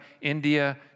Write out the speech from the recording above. India